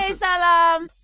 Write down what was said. salaam.